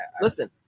Listen